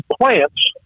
plants